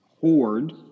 horde